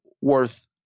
worth